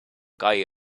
guy